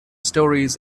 stories